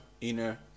inner